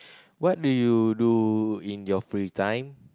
what do you do in your free time